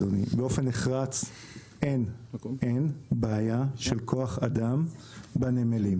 אדוני: באופן נחרץ אין בעיה של כוח אדם בנמלים.